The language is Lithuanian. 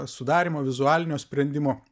sudarymo vizualinio sprendimo